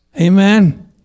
Amen